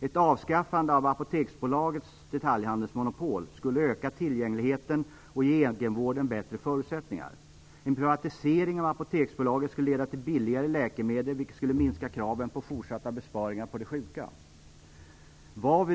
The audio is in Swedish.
Ett avskaffande av Apoteksbolagets detaljhandelsmonopol skulle öka tillgängligheten och ge egenvården bättre förutsättningar. En privatisering av Apoteksbolaget skulle leda till billigare läkemedel vilket skulle minska kraven på fortsatta besparingar på de sjuka.